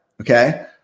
okay